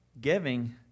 Giving